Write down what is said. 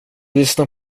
lyssna